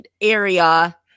area